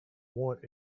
want